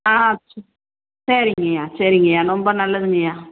ஆ சரிங்கய்யா சரிங்கய்யா ரொம்ப நல்லதுங்கய்யா